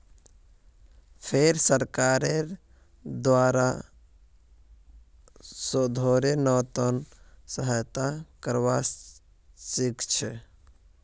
फेर सरकारेर द्वारे शोधेर त न से सहायता करवा सीखछी